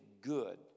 good